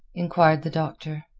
inquired the doctor.